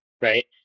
right